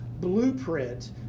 blueprint